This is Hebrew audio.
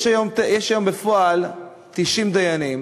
יש היום בפועל 90 דיינים,